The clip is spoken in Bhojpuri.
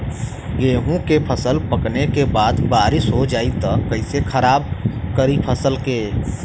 गेहूँ के फसल पकने के बाद बारिश हो जाई त कइसे खराब करी फसल के?